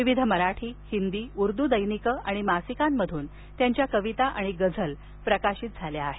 विविध मराठी हिंदी उर्द् दैनिक आणि मासिकांतून इलाहींच्या कविता आणि गझला प्रकाशित झाल्या आहेत